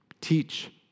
Teach